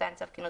מתן צו כינוס,